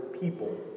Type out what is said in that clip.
people